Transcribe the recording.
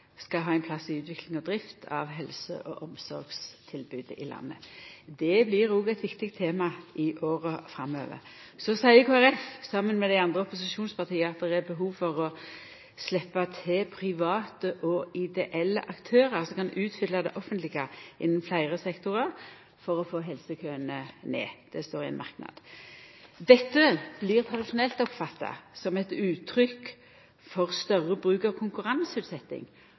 skal ha ein plass i utvikling og drift av helse- og omsorgstilbodet i landet. Det blir òg eit viktig tema i åra framover. Så seier Kristeleg Folkeparti i ein merknad, saman med dei andre opposisjonspartia, «at det er behov for å slippe til private og ideelle aktører som kan utfylle de offentlige innen flere sektorer for å få helsekøene ned». Dette blir tradisjonelt oppfatta som eit uttrykk for større bruk av